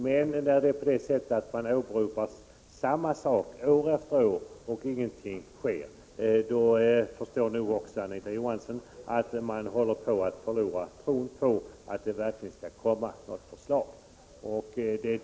Men när samma sak åberopas år efter år och ingenting sker, då förstår nog också Anita Johansson att vi håller på att förlora tron på att det verkligen skall komma ett förslag.